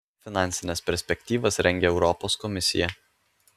finansines perspektyvas rengia europos komisija